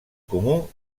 comú